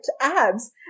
abs